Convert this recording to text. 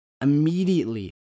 immediately